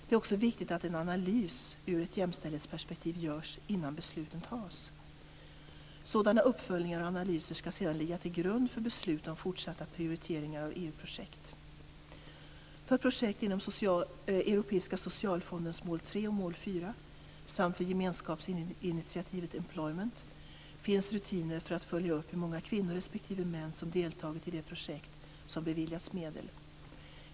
Det är också viktigt att en analys ur ett jämställdhetsperspektiv görs innan besluten tas. Sådana uppföljningar och analyser skall sedan ligga till grund för beslut om fortsatta prioriteringar av EU-projekt. och mål 4 samt för gemenskapsinitiativet Employment finns rutiner för att följa upp hur många kvinnor respektive män som deltagit i de projekt som beviljats medel.